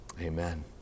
Amen